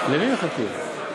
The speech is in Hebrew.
למי מחכים?